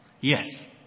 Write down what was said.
Yes